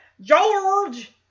George